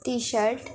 T shirt